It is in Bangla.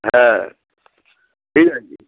হ্যাঁ ঠিক আছে